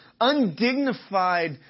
undignified